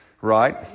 right